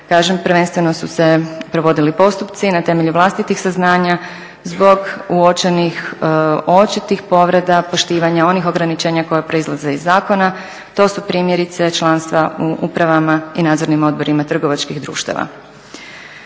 prvenstveno su se provodili postupci na temelju vlastitih saznanja zbog uočenih očitih povreda poštivanja onih ograničenja koja proizlaze iz zakona. To su primjerice članstva u upravama i nadzornim odborima trgovačkih društava.